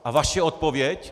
A vaše odpověď?